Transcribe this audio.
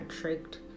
tricked